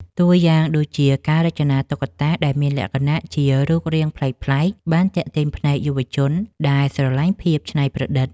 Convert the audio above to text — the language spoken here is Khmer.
តួយ៉ាងដូចជា ការរចនាតុក្កតាដែលមានលក្ខណៈជា រូបរាងប្លែកៗ បានទាក់ទាញភ្នែកយុវជនដែលស្រឡាញ់ភាពច្នៃប្រឌិត។